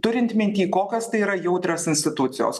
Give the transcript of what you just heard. turint minty kokios tai yra jautrios institucijos